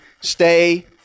stay